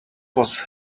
was